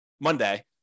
monday